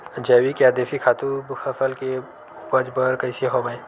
जैविक या देशी खातु फसल के उपज बर कइसे होहय?